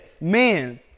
Men